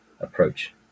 approach